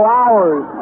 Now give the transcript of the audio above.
hours